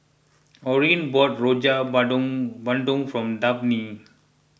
Orene bought Rojak Bandung Bandung for Dabney